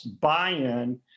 buy-in